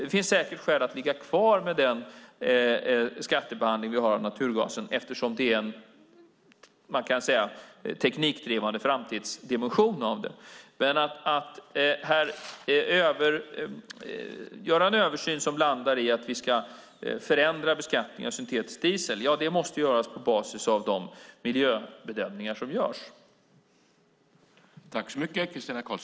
Det finns säkert skäl att ligga kvar med den skattebehandling vi har av naturgasen eftersom man kan säga att det finns en teknikdrivande framtidsdimension där. Men om vi ska göra en översyn som landar i att vi ska förändra beskattningen av syntetisk diesel måste det göras på basis av de miljöbedömningar som görs.